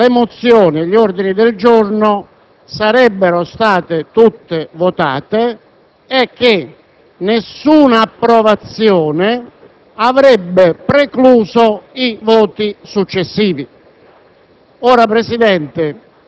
Matteoli, la prima regola di ogni Assemblea democratica è che le votazioni si svolgano nell'ambito di un procedimento nettamente limpido e chiaro.